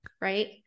right